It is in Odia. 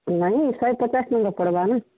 ନାଇଁ ଶହେ ପଚାଶ ଟଙ୍କା ପଡ଼୍ବା ନା